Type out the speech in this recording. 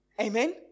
Amen